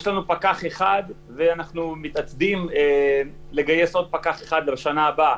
יש לנו פקח אחד ואנחנו מתעתדים לגייס עוד פקח אחד לשנה הבאה.